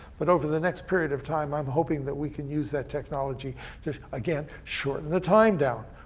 but over the next period of time, i'm hoping that we can use that technology to, again, shorten the time down.